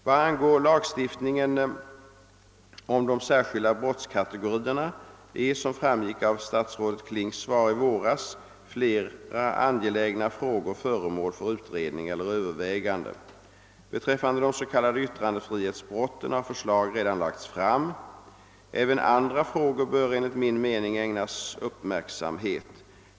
Vad angår lagstiftningen om de särskilda brottskategorierna är, som framgick av statsrådet Klings svar i våras, flera angelägna frågor föremål för utredning eller övervägande. Beträffande de s.k. yttrandefrihetsbrotten har förslag redan lagts fram. Även andra frågor bör enligt min mening ägnas uppmärksamhet.